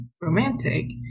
romantic